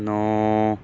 ਨੌਂ